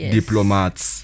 Diplomats